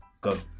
Go